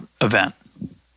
event